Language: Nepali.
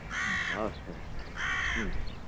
हुन्छ हवस् त हुन्छ